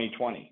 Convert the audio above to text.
2020